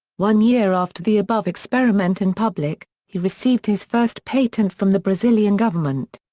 one year after the above experiment in public, he received his first patent from the brazilian government.